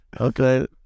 Okay